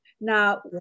Now